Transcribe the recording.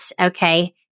okay